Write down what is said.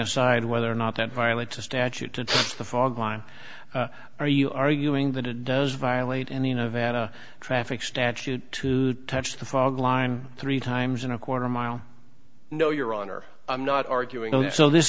aside whether or not that violates the statute to the fog line are you arguing that it does violate any event traffic statute to touch the fog line three times in a quarter mile no your honor i'm not arguing and so this